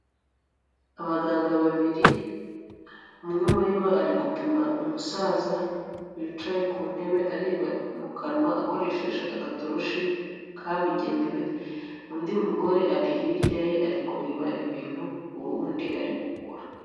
Abaganga babiri umwe muri bo ari gupima umusaza wicaye ku ntebe areba mu kanwa akoresheje agatoroshi kabugenewe, undi mugore ari hirya ye ari kureba ibintu uwo wundi ari gukora.